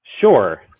Sure